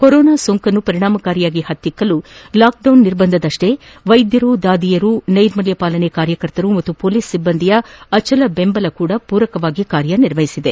corona ಸೋಂಕನ್ನು ಪರಿಣಾಮಕಾರಿಯಾಗಿ ಪತ್ತಿಕ್ಷಲು ಲಾಕ್ಡೌನ್ ನಿರ್ಬಂಧದಷ್ಷೇ ವೈದ್ಯರು ದಾದಿಯರು ನೈರ್ಮಲ್ಯ ಪಾಲನೆ ಕಾರ್ಯಕರ್ತರು ಹಾಗೂ ಮೊಲೀಸ್ ಸಿಬ್ವಂದಿಯ ಅಚಲ ಬೆಂಬಲವೂ ಪೂರಕವಾಗಿ ಕಾರ್ಯ ನಿರ್ವಹಿಸಿದೆ